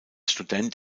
student